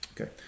Okay